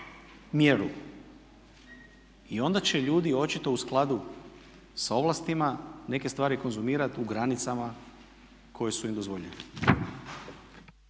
mjeru. I onda će ljudi, očito u skladu sa ovlastima neke stvari konzumirati u granicama koje su im dozvoljene.